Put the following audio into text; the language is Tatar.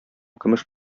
көмеш